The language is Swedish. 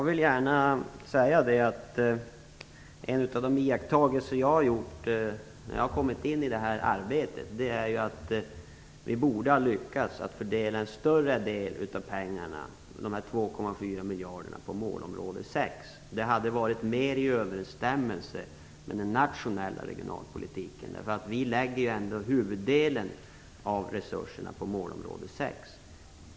Fru talman! En av de iakttagelser som jag har gjort när jag har kommit in i detta arbete är att vi borde ha lyckats fördela en större del av de 2,4 miljarderna till målområde 6. Det hade varit mera i överensstämmelse med den nationella regionalpolitiken. Vi förlägger ju huvuddelen av resurserna till målområde 6.